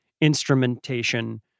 instrumentation